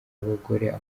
abagore